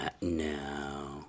no